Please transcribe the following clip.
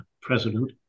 president